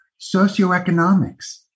socioeconomics